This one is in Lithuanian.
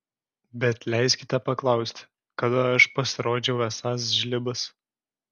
bet leiskite paklausti kada aš pasirodžiau esąs žlibas